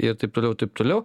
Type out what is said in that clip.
ir taip toliau ir taip toliau